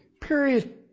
period